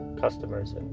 customers